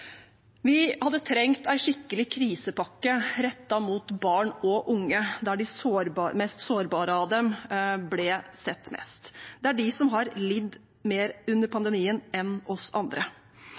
Vi hadde trengt en skikkelig krisepakke rettet mot barn og unge, der de mest sårbare av dem ble sett mest. Det er de som har lidd mer under pandemien enn oss andre.